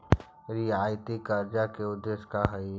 रियायती कर्जा के उदेश्य का हई?